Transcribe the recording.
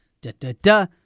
da-da-da